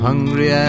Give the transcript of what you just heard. Hungry